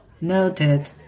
Noted